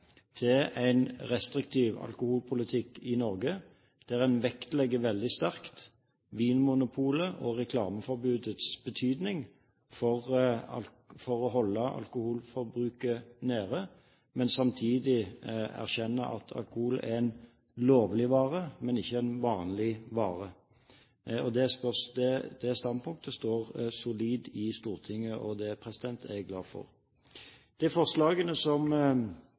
til en restriktiv alkoholpolitikk i Norge, der en vektlegger veldig sterkt Vinmonopolets og reklameforbudets betydning for å holde alkoholforbruket nede, men samtidig erkjenner at alkohol er en lovlig vare, men ikke en vanlig vare. Det standpunktet står solid i Stortinget, og det er jeg glad for. Et av de forslagene som